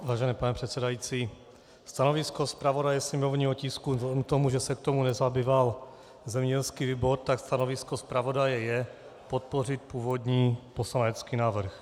Vážený pane předsedající, stanovisko zpravodaje sněmovního tisku vzhledem k tomu, že se tím nezabýval zemědělský výbor, tak stanovisko zpravodaje je podpořit původní poslanecký návrh.